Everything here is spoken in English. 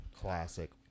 classic